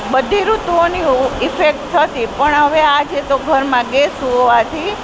બધી ઋતુઓની ઇફેક્ટ થતી પણ હવે આજે તો ઘરમાં ગેસ હોવાથી